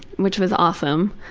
which was awesome.